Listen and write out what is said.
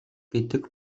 гэдэг